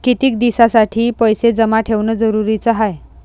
कितीक दिसासाठी पैसे जमा ठेवणं जरुरीच हाय?